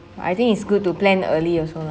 I think it's good to plan early also lah